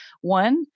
one